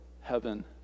heaven